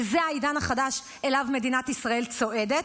וזה העידן החדש שאליו מדינת ישראל צועדת,